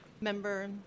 member